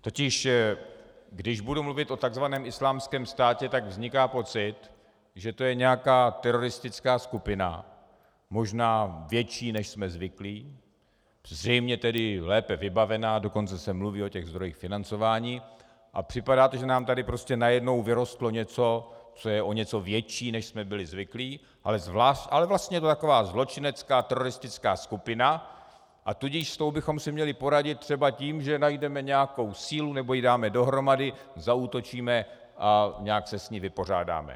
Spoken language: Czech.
Totiž když budu mluvit o takzvaném Islámském státě, tak vzniká pocit, že to je nějaká teroristická skupina, možná větší, než jsme zvyklí, zřejmě tedy lépe vybavená, dokonce se mluví o zdrojích financování, a připadá nám, že nám tady najednou vyrostlo něco, co je o něco větší, než jsme byli zvyklí, ale vlastně je to taková zločinecká teroristická skupina, a tudíž s tou bychom si měli poradit třeba tím, že najdeme nějakou sílu, nebo ji dáme dohromady, zaútočíme a nějak se s ní vypořádáme.